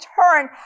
turn